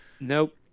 Nope